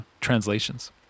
translations